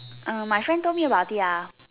mm my friend told me about it ah